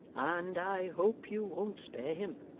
and i hope you won't spare him.